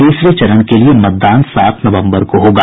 तीसरे चरण के लिये मतदान सात नवंबर को होगा